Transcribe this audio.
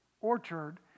orchard